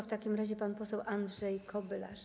W takim razie pan poseł Andrzej Kobylarz.